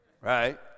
right